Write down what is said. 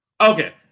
okay